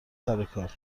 سرکار